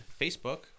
Facebook